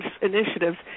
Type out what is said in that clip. initiatives